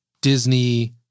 Disney